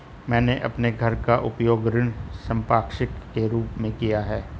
मैंने अपने घर का उपयोग ऋण संपार्श्विक के रूप में किया है